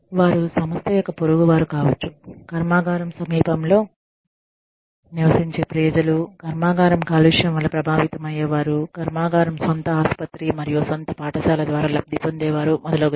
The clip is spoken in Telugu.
వారు సంస్థ యొక్క పొరుగువారు కావచ్చు కర్మాగారం సమీపంలో నివసించే ప్రజలు కర్మాగారం కాలుష్యం వల్ల ప్రభావితం అయ్యే వారు కర్మాగారం సొంత ఆసుపత్రి మరియు సొంత పాఠశాల ద్వారా లబ్ది పొందేవారు మొదలగునవి